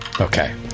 Okay